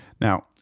Now